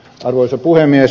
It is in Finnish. arvoisa puhemies